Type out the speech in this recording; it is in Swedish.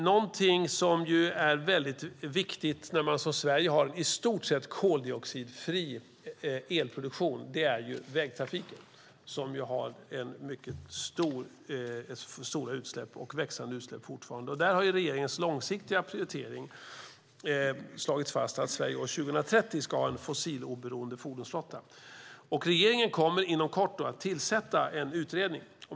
Någonting som är väldigt viktigt när man som Sverige har en i stort sett koldioxidfri elproduktion är vägtrafiken, som har mycket stora och fortfarande växande utsläpp. Där är regeringens långsiktiga prioritering att Sverige år 2030 ska ha en fossiloberoende fordonsflotta. Regeringen kommer inom kort att tillsätta en utredning.